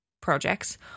projects